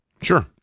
Sure